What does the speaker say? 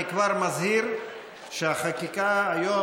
אני כבר מזהיר שהחקיקה היום,